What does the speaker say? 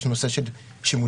יש נושא של שימושיות.